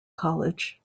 college